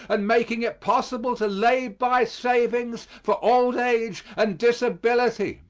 and making it possible to lay by savings for old age and disability.